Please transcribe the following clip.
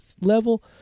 level